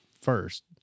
first